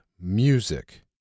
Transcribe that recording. music